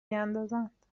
بیندازند